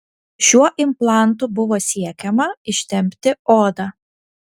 šiuo implantu buvo siekiama ištempti odą